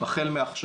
החל מעכשיו.